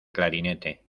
clarinete